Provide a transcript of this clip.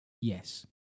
Yes